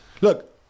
Look